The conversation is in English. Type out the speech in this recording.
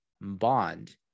bond